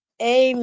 Amen